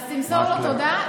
אז תמסור לו תודה.